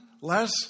less